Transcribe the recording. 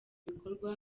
bikorwa